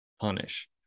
punish